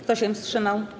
Kto się wstrzymał?